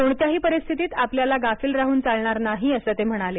कोणत्याही परिस्थितीत आपल्याला गाफील राहून चालणार नाही असं ते म्हणाले